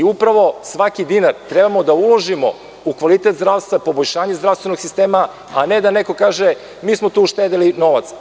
Upravo svaki dinar trebamo da uložimo u kvalitet zdravstva, poboljšanje zdravstvenog sistema, a ne da neko kaže – mi smo tu uštedeli novac.